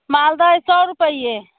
मालदह अइ सए रुपैये